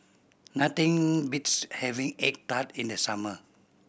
nothing beats having egg tart in the summer